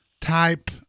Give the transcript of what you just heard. type